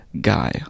guy